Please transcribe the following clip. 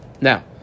Now